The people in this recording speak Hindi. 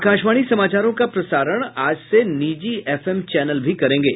आकाशवाणी समाचारों का प्रसारण आज से निजी एफएम चैनल भी करेंगे